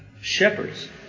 Shepherds